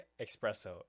espresso